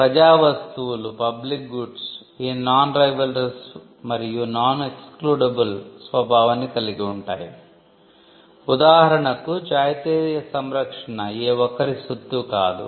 ప్రజా వస్తువులు ఏ ఒక్కరి సొత్తూ కాదు